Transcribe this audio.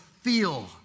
feel